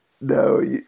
No